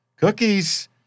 Cookies